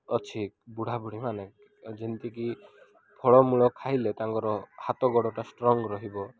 ଅଛି ବୁଢ଼ାବୁଢ଼ୀ ମାନେ ଯେମିତିକି ଫଳମୂଳ ଖାଇଲେ ତାଙ୍କର ହାତ ଗୋଡ଼ଟା ଷ୍ଟ୍ରଙ୍ଗ୍ ରହିବ